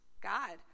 God